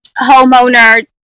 homeowner